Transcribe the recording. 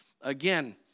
again